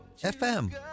FM